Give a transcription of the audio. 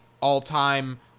All-time